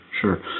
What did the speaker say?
sure